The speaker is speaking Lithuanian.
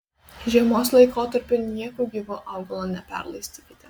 žiemos laikotarpiu nieku gyvu augalo neperlaistykite